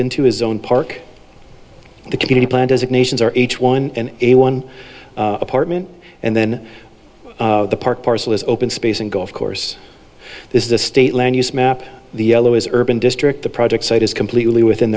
into his own park the community plan designations are h one n a one apartment and then the park parcel is open space and go of course this is the state land use map the yellow is urban district the project site is completely within